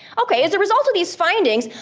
okay, as a result of these findings,